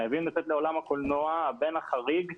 חייבים לתת לעולם הקולנוע, הבן החריג,